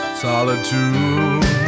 solitude